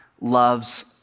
loves